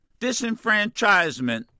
disenfranchisement